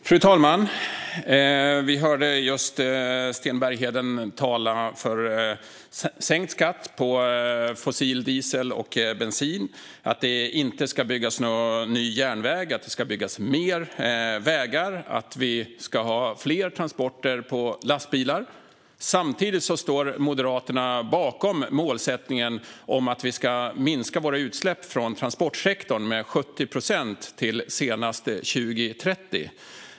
Fru talman! Vi hörde just Sten Bergheden tala för sänkt skatt på fossil diesel och bensin. Han sa att det inte ska byggas någon ny järnväg, att det ska byggas mer vägar och att vi ska ha fler transporter med lastbilar. Samtidigt står Moderaterna bakom målsättningen att vi ska minska våra utsläpp från transportsektorn med 70 procent till senast 2030.